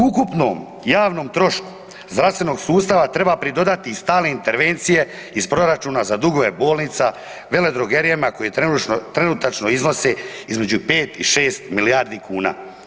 Ukupnom, javnom trošku zdravstvenog sustava treba pridodati stalne intervencije iz proračuna za dugove bolnica, veledrogerijama koji trenutačno iznose između 5 i 6 milijardi kuna.